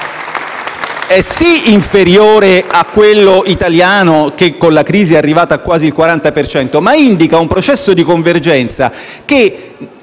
è sì inferiore a quello italiano, che con la crisi è arrivato a quasi il 40 per cento, ma indica un processo di convergenza che